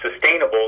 sustainable